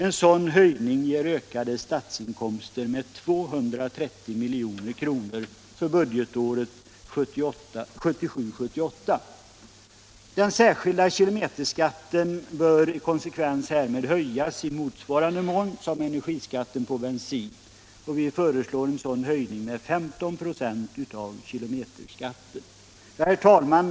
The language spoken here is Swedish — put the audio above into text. En sådan höjning ger ökade statsinkomster med 230 milj.kr. för budgetåret 1977/78. Den särskilda kilometerskatten bör i konsekvens härmed höjas i motsvarande mån, och vi föreslår en höjning av den skatten med 15 96. Herr talman!